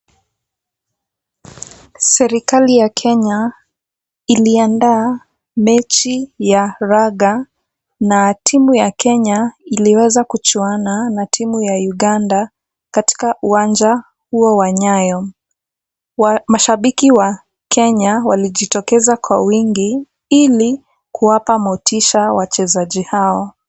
Serikali ya Kenya iliandaa mechi ya raga na timu ya Kenya iliweza kuchuana na timu ya Uganda katika uwanja huo wa Nyayo. Mashabiki wa Kenya walijitokeza kwa wingi ili kuwapa motisha wachezaji hao.